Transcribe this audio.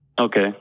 Okay